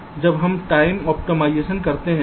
इसलिए जब हम टाइम ऑप्टिमाइजेशन करते हैं